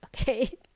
okay